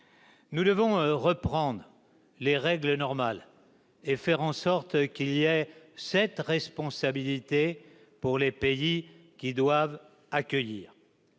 Nous devons reprendre les règles normales et faire en sorte qu'il y ait cette responsabilité pour les pays qui doivent accueillir.